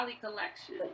Collection